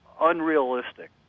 unrealistic